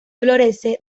florece